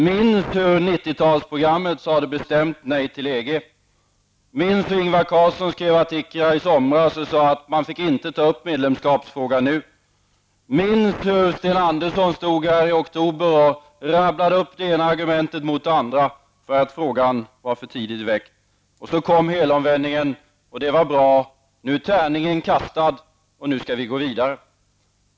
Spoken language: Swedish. Minns hur 90-talsprogrammet sade bestämt nej till EG. Minns hur Ingvar Carlsson skrev artiklar i somras och sade att medlemskapsfrågan inte skulle tas upp nu. Minns hur Sten Andersson stod här i oktober och rabblade upp det ena argumentet efter det andra mot att frågan var för tidigt väckt. Så kom helomvändningen. Det var bra. Nu är tärningen kastad, och nu skall vi gå vidare.